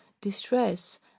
distress